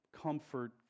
Comfort